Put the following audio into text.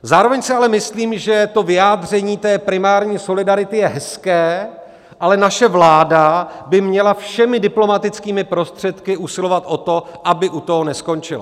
Zároveň si ale myslím, že vyjádření primární solidarity je hezké, ale naše vláda by měla všemi diplomatickými prostředky usilovat o to, aby to u toho neskončilo.